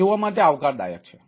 તે જોવા માટે આવકારદાયક છે